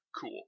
Cool